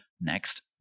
next